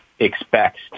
expects